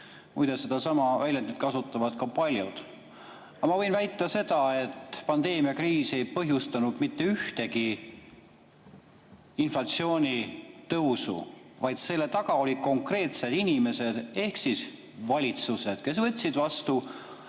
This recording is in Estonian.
Muide, sedasama väljendit kasutavad paljud. Aga ma võin väita, et pandeemiakriis ei põhjustanud mitte ühtegi inflatsiooni tõusu, vaid selle taga olid konkreetsed inimesed ehk siis valitsused, kes võtsid vastu